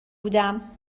بودم